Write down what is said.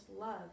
love